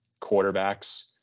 quarterbacks